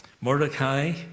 Mordecai